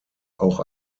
auch